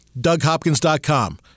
DougHopkins.com